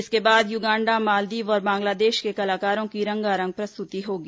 इसके बाद युगांडा मालदीव और बांग्लादेश के कलाकारों की रंगारंग प्रस्तुति होगी